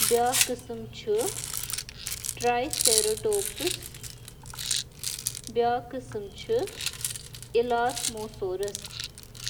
Diplodocus, stegosaurus, parasaurolophus, ankylosaurus, spinosaurus, velociraptor تہٕ brachiosaurus.